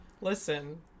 listen